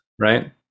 right